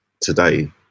today